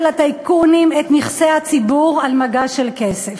לטייקונים את נכסי הציבור על מגש של כסף.